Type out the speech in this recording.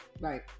Right